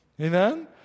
Amen